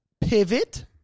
pivot